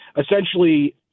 essentially